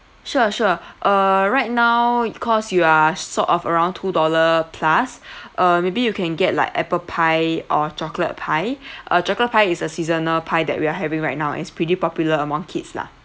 sure sure uh right now cause you are short of around two dollar plus uh maybe you can get like apple pie or chocolate pie our chocolate pie is a seasonal pie that we are having right now it's pretty popular among kids lah